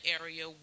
area